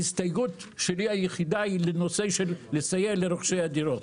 ההסתייגות היחידה שלי היא לנושא סיוע לרוכשי הדירות.